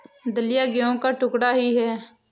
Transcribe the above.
दलिया गेहूं का टुकड़ा ही है